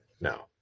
No